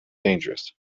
dangerous